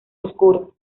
oscuro